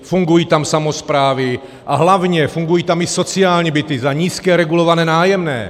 Fungují tam samosprávy a hlavně fungují tam i sociální byty za nízké regulované nájemné.